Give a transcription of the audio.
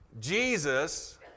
Jesus